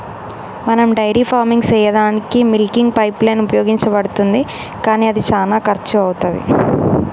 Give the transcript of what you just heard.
మనం dairy farming సెయ్యదానికీ milking pipeline ఉపయోగించబడుతుంది కానీ అది శానా కర్శు అవుతది